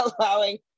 allowing